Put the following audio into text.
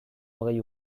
hogei